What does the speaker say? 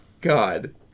God